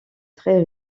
très